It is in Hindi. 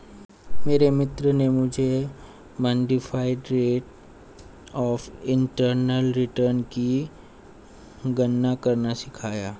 मेरे मित्र ने मुझे modified rate of internal return की गणना करना सिखाया